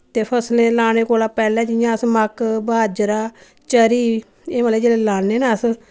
ते फसलें लाने कोला पैह्लें जि'यां अस मक्क बाजरा चरी एह् मतलब जेल्लै लान्ने ना अस